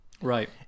Right